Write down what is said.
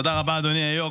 תודה רבה, אדוני היו"ר.